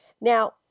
Now